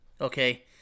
okay